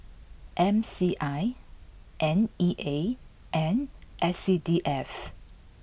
M C I N E A and S C D F